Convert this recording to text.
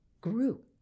grew